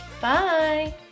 Bye